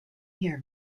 hear